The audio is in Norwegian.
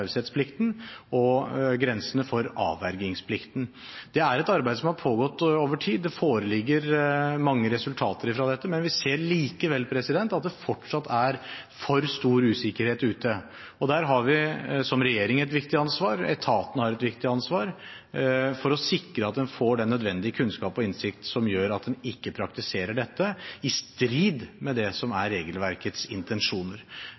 taushetsplikten og grensene for avvergingsplikten. Det er et arbeid som har pågått over tid. Det foreligger mange resultater fra dette, men vi ser likevel at det fortsatt er for stor usikkerhet ute. Der har vi som regjering et viktig ansvar, og etatene har et viktig ansvar, for å sikre at en får den nødvendige kunnskap og innsikt som gjør at en ikke praktiserer dette i strid med det som er regelverkets intensjoner.